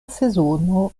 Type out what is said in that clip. sezono